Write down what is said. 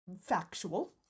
factual